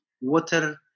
water